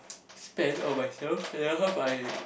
spend on myself and half I